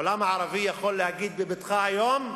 העולם הערבי יכול להגיד בבטחה היום: